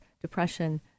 depression